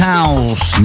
House